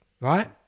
right